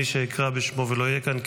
מי שאקרא בשמו ולא יהיה כאן,